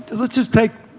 let's just take